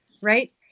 right